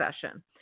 session